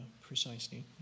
precisely